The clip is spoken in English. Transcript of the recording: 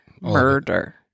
Murder